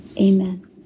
Amen